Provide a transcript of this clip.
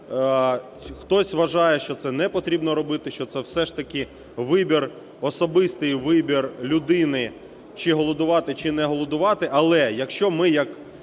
Хтось вважає, що це не потрібно робити, що це все ж таки вибір, особистий вибір людини – чи голодувати, чи не голодувати. Але якщо ми як